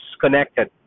connected